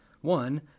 One